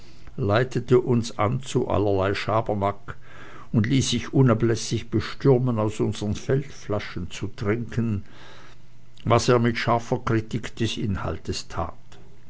leitete uns an zu allerlei schabernack und ließ sich unablässig bestürmen aus unsern feldflaschen zu trinken was er mit scharfer kritik des inhaltes tat